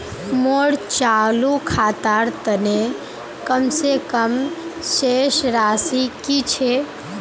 मोर चालू खातार तने कम से कम शेष राशि कि छे?